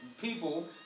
People